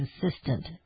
consistent